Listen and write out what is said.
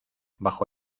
bajo